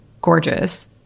gorgeous